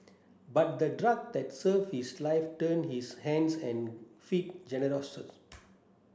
but the drug that saved his life turned his hands and feet